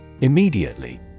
Immediately